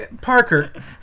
Parker